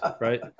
right